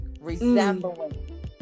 resembling